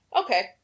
Okay